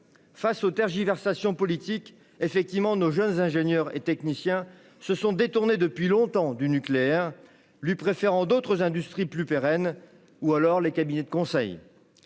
Face aux tergiversations politiques, nos jeunes ingénieurs et techniciens se sont détournés depuis longtemps du nucléaire, lui préférant d'autres industries plus pérennes, quand ce ne sont pas les cabinets de conseil.